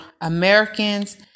Americans